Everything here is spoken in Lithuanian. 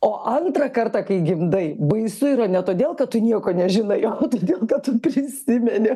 o antrą kartą kai gimdai baisu yra ne todėl kad tu nieko nežinai o todėl kad tu prisimeni